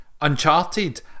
Uncharted